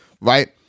Right